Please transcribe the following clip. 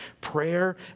Prayer